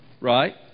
Right